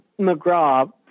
McGraw